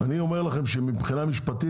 אני אומר לכם שמבחינה משפטית,